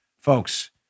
Folks